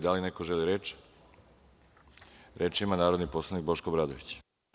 Da li neko želi reč? (Da.) Reč ima narodni poslanik Boško Obradović.